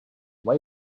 why